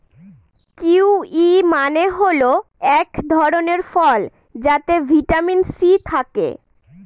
kiwi মানে হল এক ধরনের ফল যাতে ভিটামিন সি থাকে